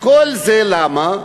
וכל זה למה?